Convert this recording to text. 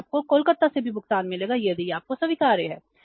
इसलिए आपको कोलकाता से भी भुगतान मिलेगा यदि यह आपको स्वीकार्य है